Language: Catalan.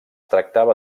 tractava